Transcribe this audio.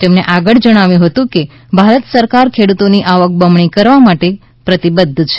તેમણે આગળ જણાવ્યું હતું કે ભારત સરકાર ખેડુતોની આવક બમણી કરવા માટે પ્રતિબદ્ધ છે